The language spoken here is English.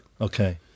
Okay